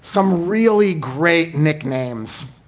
some really great nicknames.